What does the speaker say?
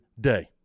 day